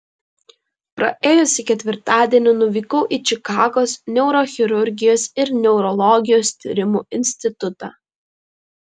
praėjusį ketvirtadienį nuvykau į čikagos neurochirurgijos ir neurologijos tyrimų institutą